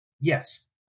Yes